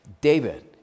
David